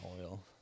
oil